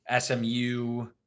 SMU